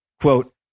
quote